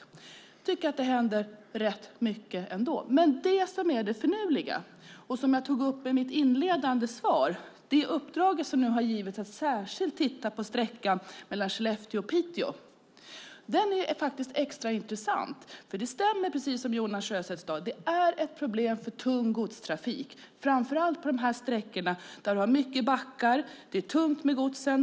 Jag tycker att det händer rätt mycket, men det som är det finurliga och som jag tog upp i mitt inledande svar är att det uppdrag som nu har getts att särskilt titta på sträckan mellan Skellefteå och Piteå faktiskt är extra intressant, för det stämmer precis som Jonas Sjöstedt sade: Det är ett problem för tung godstrafik framför allt på sträckorna där det är mycket backar och det är tungt med godset.